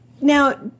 Now